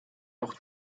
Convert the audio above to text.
auch